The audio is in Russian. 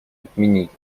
отменить